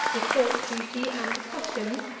the salt-duty, and the customs,